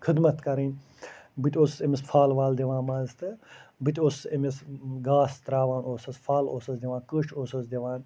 خدمَت کَرٕنۍ بہٕ تہِ اوسُس أمِس پھل وَل دِوان منٛزٕ تہٕ بہٕ تہِ اوسُس أمِس گاسہٕ ترٛاوان اوسَس پھل اوسَس دِوان کوٚش اوسُس دِوان